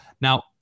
Now